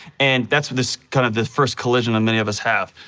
and that's what this, kind of the first collision that many of us have.